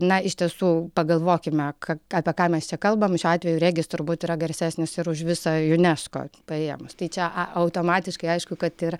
na iš tiesų pagalvokime ką apie ką mes čia kalbame šiuo atveju regis turbūt yra garsesnis ir už visą junesko paėmus tai čia automatiškai aišku kad ir